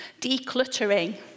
decluttering